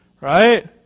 Right